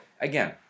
again